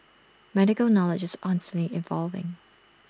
medical knowledge is constantly evolving